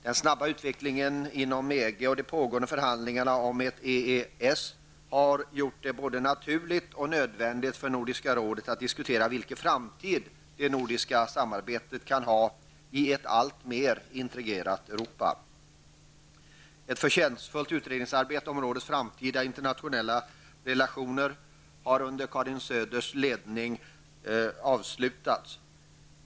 Den snabba utvecklingen inom EG och de pågående förhandlingarna om ett EES har gjort det både naturligt och nödvändigt för Nordiska rådet att diskutera vilken framtid det nordiska samarbetet kan ha i ett alltmer integrerat Europa. Ett förtjänstfullt utredningsarbete under Karin Söders ledning om rådets framtida internationella relationer har avslutats.